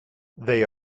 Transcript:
they